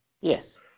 Yes